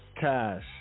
cash